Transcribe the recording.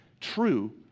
true